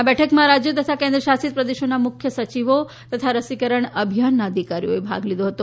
આ બેઠકમાં રાજ્યો તથા કેન્દ્ર શાસિત પ્રદેશોના મુખ્ય સચિવો તથા રસીકરણ અભિયાનના અધિકારીઓએ ભાગ લીધો હતો